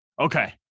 okay